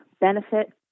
benefit